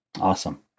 Awesome